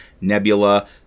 nebula